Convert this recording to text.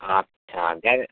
আচ্ছা গ্যার